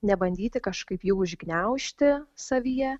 nebandyti kažkaip jų užgniaužti savyje